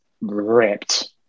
ripped